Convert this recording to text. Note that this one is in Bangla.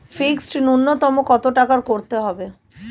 ফিক্সড নুন্যতম কত টাকা করতে হবে?